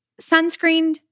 sunscreened